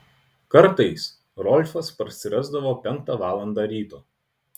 kartais rolfas parsirasdavo penktą valandą ryto